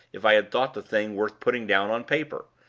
if i had thought the thing worth putting down on paper,